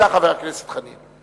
חבר הכנסת חנין,